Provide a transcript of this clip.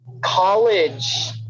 college